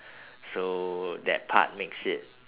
so that part makes it